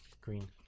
Green